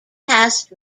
cast